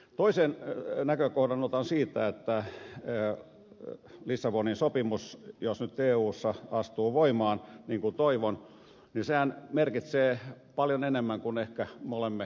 toisen näkökohdan otan siitä että lissabonin sopimushan jos se nyt eussa astuu voimaan niin kuin toivon merkitsee paljon enemmän kuin ehkä me olemme tiedostaneet